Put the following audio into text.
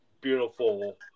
beautiful